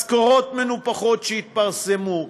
משכורות מנופחות שהתפרסמו,